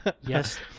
yes